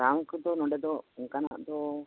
ᱨᱟᱱ ᱠᱚᱫᱚ ᱱᱚᱰᱮ ᱫᱚ ᱚᱱᱠᱟᱱᱟᱜ ᱫᱚ